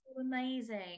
amazing